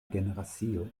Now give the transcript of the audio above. generacio